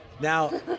Now